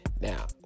Now